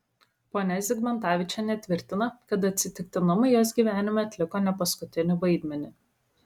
ponia zigmantavičienė tvirtina kad atsitiktinumai jos gyvenime atliko ne paskutinį vaidmenį